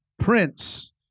Prince